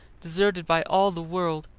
deserted by all the world,